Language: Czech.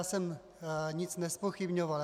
Já jsem nic nezpochybňoval.